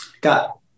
got